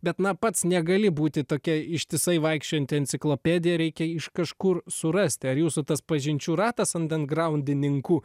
bet na pats negali būti tokia ištisai vaikščiojanti enciklopedija reikia iš kažkur surasti ar jūsų tas pažinčių ratas andengraundininkų